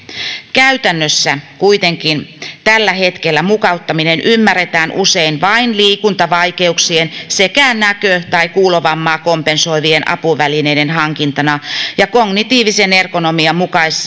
käytännössä kuitenkin tällä hetkellä mukauttaminen ymmärretään usein vain liikuntavaikeuksien sekä näkö tai kuulovammaa kompensoivien apuvälineiden hankintana ja kognitiivisen ergonomian